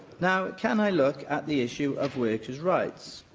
now, can i look at the issue of workers' rights?